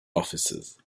offices